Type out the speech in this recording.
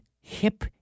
hip